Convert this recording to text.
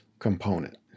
Component